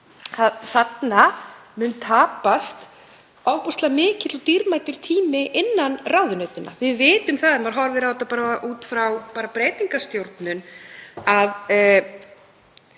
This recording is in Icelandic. Þarna mun tapast ofboðslega mikill og dýrmætur tími innan ráðuneytanna. Við vitum það, ef maður horfir á þetta bara út frá breytingastjórnun, að